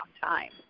time